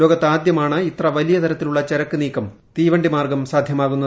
ലോകത്ത് ആദ്യമാണ് ഇത്ര വലിയ തരത്തിലുള്ള ചരക്ക്നീക്കം തീവണ്ടി മാർഗം സാധ്യമാകുന്നത്